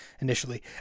initially